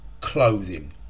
clothing